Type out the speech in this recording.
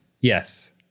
Yes